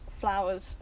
flowers